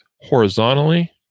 horizontally